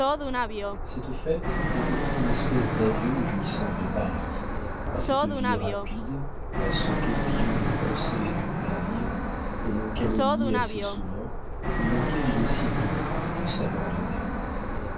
cette fête était donc une espèce d'adieu aux jouissances de paris à cette vie rapide à ce tourbillon de pensées et de plaisirs que l'on calomnie assez souvent mais auquel il est si doux de s'abandonner